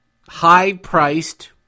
high-priced